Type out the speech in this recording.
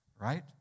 right